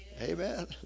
Amen